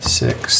six